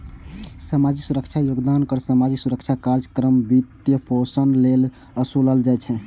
सामाजिक सुरक्षा योगदान कर सामाजिक सुरक्षा कार्यक्रमक वित्तपोषण लेल ओसूलल जाइ छै